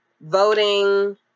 voting